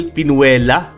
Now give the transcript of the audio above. Pinuela